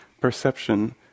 perception